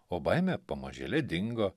o baimė pamažėle dingo